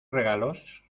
regalos